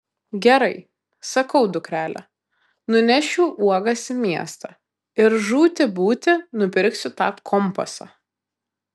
gerai sakau dukrele nunešiu uogas į miestą ir žūti būti nupirksiu tą kompasą